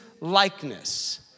likeness